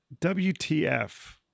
WTF